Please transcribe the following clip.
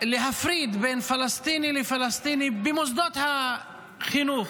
להפריד בין פלסטיני לפלסטיני במוסדות החינוך